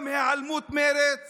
גם היעלמות מרצ